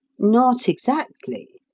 not exactly!